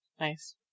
Nice